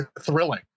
thrilling